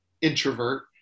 introvert